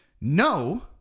no